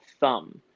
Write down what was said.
thumb